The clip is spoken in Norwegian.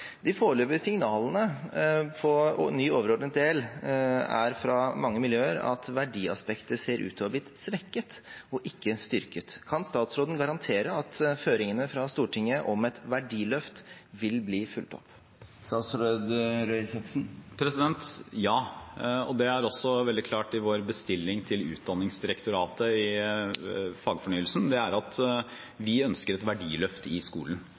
De foreløpige signalene fra mange miljøer når det gjelder ny overordnet del, er at verdiaspektet ser ut til å ha blitt svekket og ikke styrket. Kan statsråden garantere at føringene fra Stortinget om et verdiløft vil bli fulgt opp? Ja. Det er også veldig klart i vår bestilling til Utdanningsdirektoratet i fagfornyelsen at vi ønsker et verdiløft i skolen, og at de nye læreplanene skal innebære et verdiløft i skolen.